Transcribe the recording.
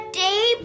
day